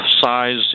size